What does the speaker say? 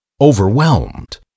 overwhelmed